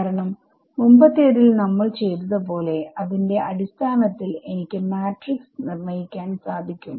കാരണം മുമ്പത്തെതിൽ നമ്മൾ ചെയ്തത് പോലെ അതിന്റെ അടിസ്ഥാനത്തിൽ എനിക്ക് മാട്രിക്സ് നിർണ്ണായിക്കാൻ സാധിക്കും